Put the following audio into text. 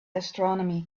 astronomy